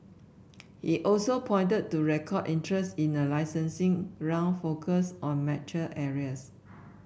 he also pointed to record interest in a licensing round focused on mature areas